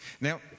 Now